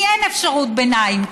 כי אין אפשרות ביניים,